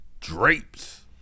drapes